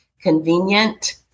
convenient